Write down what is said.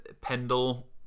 pendle